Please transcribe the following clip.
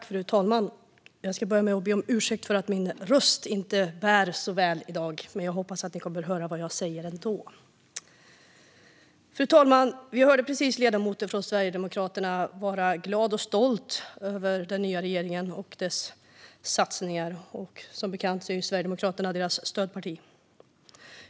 Fru talman! Vi hörde nyss från ledamoten från Sverigedemokraterna att han var glad och stolt över den nya regeringen och dess satsningar. Som bekant är Sverigedemokraterna regeringens stödparti.